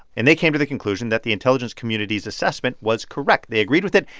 and they came to the conclusion that the intelligence community's assessment was correct. they agreed with it.